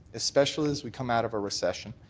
especially as we come out of a recession.